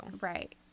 Right